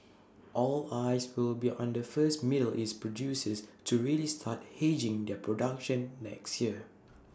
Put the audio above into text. all eyes will be on the first middle east producers to really start aging their production next year